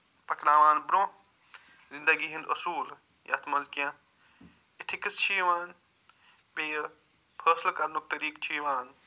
پکناوان برٛونٛہہ زِنٛدگی ہِنٛدۍ اصوٗل یَتھ منٛز کیٚنٛہہ اِتھِکٕس چھِ یِوان بیٚیہِ فٲصلہٕ کرنُک طٔریٖق چھُ یِوان